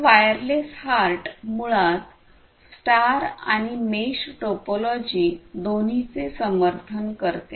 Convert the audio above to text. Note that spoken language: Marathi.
तर वायरलेस हार्ट मुळात स्टार आणि मेश टोपोलॉजी दोन्हीचे समर्थन करते